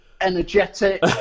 energetic